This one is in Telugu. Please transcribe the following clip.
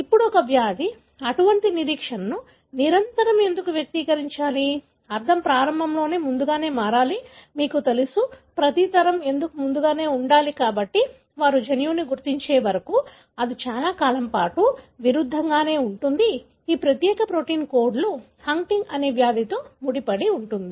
ఇప్పుడు ఒక వ్యాధి అటువంటి నిరీక్షణను నిరంతరం ఎందుకు వ్యక్తీకరించాలి అర్థం ప్రారంభంలోనే ముందుగానే మారాలి మీకు తెలుసు ప్రతి తరం ఎందుకు ముందుగానే ఉండాలి కాబట్టి అంటే వారు జన్యువును గుర్తించే వరకు అది చాలా కాలం పాటు విరుద్ధంగానే ఉంది ఈ ప్రత్యేక ప్రోటీన్ కోడ్లు హంటింగ్టన్ అనే వ్యాధితో ముడిపడి వుంటుంది